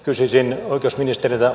kysyisin oikeusministeriltä